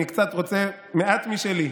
אני רוצה מעט משלי.